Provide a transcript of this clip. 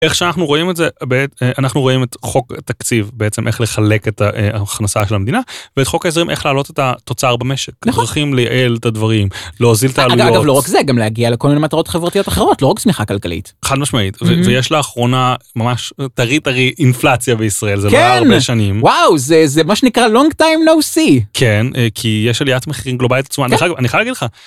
איך שאנחנו רואים את זה, אנחנו רואים את חוק.. תקציב.. בעצם איך לחלק את ההכנסה של המדינה ואת חוק ההסדרים, איך להעלות את התוצר במשק. נכון. אנחנו צריכים לייעל את הדברים, להוזיל העלויות. אגב זה לא רק זה, זה גם להגיע לכל מיני מטרות חברתיות אחרות לא רק צמיחה כלכלית. חד משמעית ויש לאחרונה ממש טרי טרי אינפלציה בישראל זה לא הרבה שנים וואו זה זה מה שנקרא long time no see כן כי יש עליית מחירים גלובלית עצומה. כן. אגב אני חייב להגיד לך